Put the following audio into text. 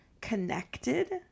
connected